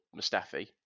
Mustafi